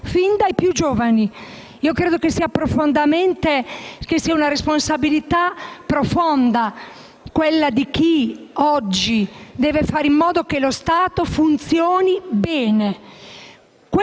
dai più giovani. Credo sia una responsabilità profonda quella di chi oggi deve fare in modo che lo Stato funzioni bene.